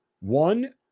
One